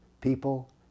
people